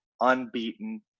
unbeaten